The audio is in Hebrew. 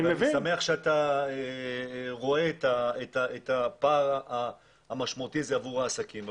אני שמח שאתה רואה את הפער המשמעותי עבור העסקים.